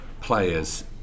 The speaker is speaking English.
players